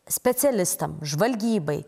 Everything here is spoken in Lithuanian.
specialistam žvalgybai